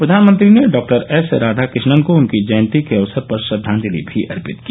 प्रधानमंत्री ने doctor S Radhakrishnan को उनकी जयंती के अवसर पर श्रद्वांजलि भी अर्पित की